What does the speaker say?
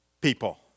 people